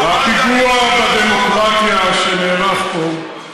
הפיגוע בדמוקרטיה שנערך פה,